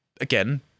Again